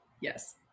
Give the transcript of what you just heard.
Yes